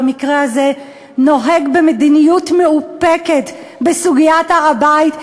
במקרה הזה נוהג במדיניות מאופקת בסוגיית הר-הבית,